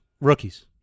rookies